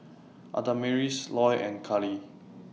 Adamaris Loy and Cali